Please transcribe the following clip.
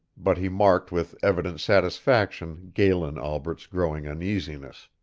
but he marked with evident satisfaction galen albret's growing uneasiness.